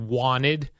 wanted